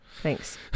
thanks